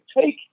take